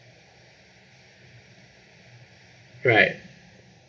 alright